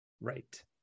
Right